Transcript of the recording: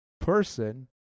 person